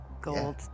Gold